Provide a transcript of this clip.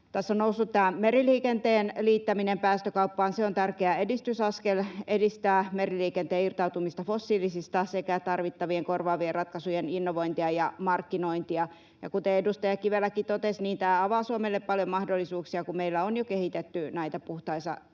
Tässä on noussut tämä meriliikenteen liittäminen päästökauppaan. Se on tärkeä edistysaskel, joka edistää meriliikenteen irtautumista fossiilisista sekä tarvittavien korvaavien ratkaisujen innovointia ja markkinointia. Kuten edustaja Kiveläkin totesi, niin tämä avaa Suomelle paljon mahdollisuuksia, kun meillä on jo kehitetty näitä puhtaita